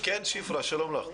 שפרה, שלום לך.